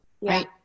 Right